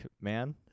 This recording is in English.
man